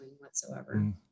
whatsoever